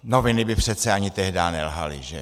Noviny by přece ani tehdá nelhaly, že.